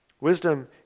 Wisdom